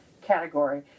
category